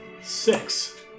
six